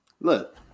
Look